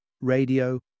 radio